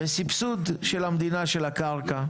בסבסוד של המדינה של הקרקע,